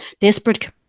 desperate